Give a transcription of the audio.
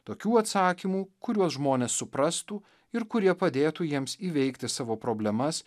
tokių atsakymų kuriuos žmonės suprastų ir kurie padėtų jiems įveikti savo problemas